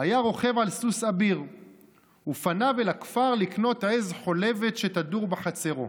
היה רוכב על סוס אביר ופניו אל הכפר לקנות עז חולבת שתדור בחצרו.